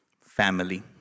family